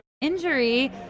injury